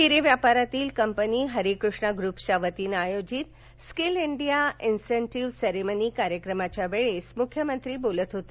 हिरे व्यापारातील कंपनी हरी कृष्णा ग्रुप्सच्या वतीने आयोजित स्किल डिया जिसेन्टीव्ह सेरेमनी कार्यक्रमाच्या वेळेस मुख्यमंत्री फडणवीस बोलत होते